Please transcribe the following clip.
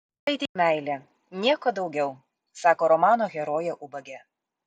tai tik meilė nieko daugiau sako romano herojė ubagė